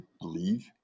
believe